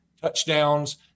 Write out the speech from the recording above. touchdowns